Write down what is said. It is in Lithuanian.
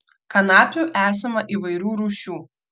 kanapių esama įvairių rūšių